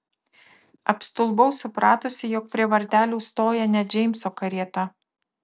apstulbau supratusi jog prie vartelių stoja ne džeimso karieta